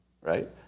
right